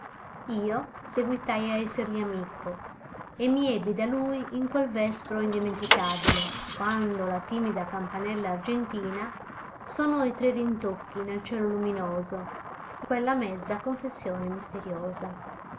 io seguitai a essergli amico e mi ebbi da lui in quel vespro indimenticabile quando la timida campanella argentina sonò i tre rintocchi nel cielo luminoso quella mezza confessione misteriosa